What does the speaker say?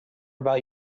about